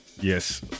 Yes